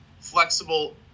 flexible